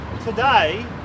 Today